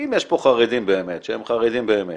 אם יש פה חרדים באמת, שהם חרדים באמת